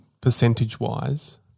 percentage-wise